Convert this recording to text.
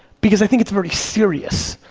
because i think it's very serious.